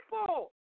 people